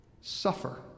Suffer